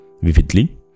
vividly